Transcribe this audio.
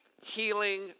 healing